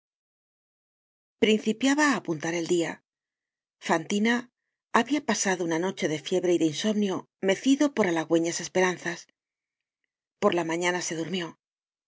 principiaba á apuntar el lia fantina habia pasado una noche de fiebre y de insomnio mecido por halagüeñas esperanzas por la mañana se durmió